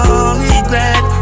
regret